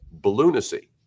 Balloonacy